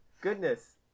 goodness